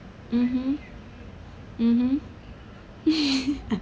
mmhmm mmhmm